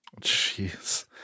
Jeez